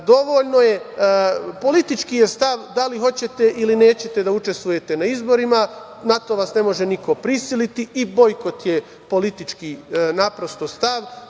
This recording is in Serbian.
autoprojekcije. Politički je stav da li hoćete ili nećete da učestvujete na izborima, na to vas ne može niko prisiliti. I bojkot je politički stav.